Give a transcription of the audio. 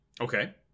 Okay